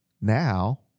Now